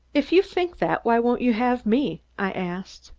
if you think that, why won't you have me? i asked.